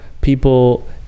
people